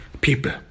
people